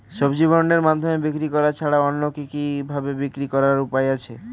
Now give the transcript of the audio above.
সবজি বন্ডের মাধ্যমে বিক্রি করা ছাড়া অন্য কি কি ভাবে বিক্রি করার উপায় আছে?